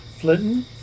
Flinton